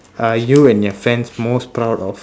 are you and your friends most proud of